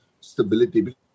stability